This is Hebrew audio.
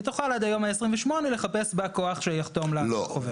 היא תוכל עד היום ה-28 לחפש בא כוח שיחתום לה על החוברת.